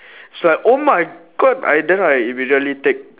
so I oh my god I then I immediately take